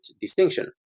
distinction